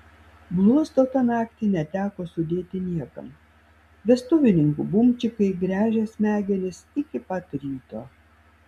bluosto tą naktį neteko sudėti niekam vestuvininkų bumčikai gręžė smegenis iki pat ryto